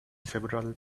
several